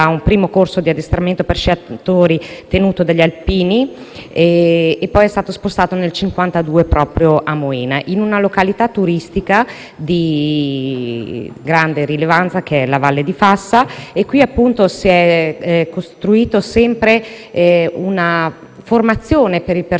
poi è stato spostato nel 1952 proprio a Moena, in una località turistica di grande rilevanza che è la Valle di Fassa. Qui si è costruita da sempre una formazione per il personale addetto alla sicurezza e al soccorso di montagna,